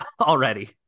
already